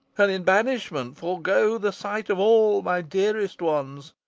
and in banishment forgo the sight of all my dearest ones,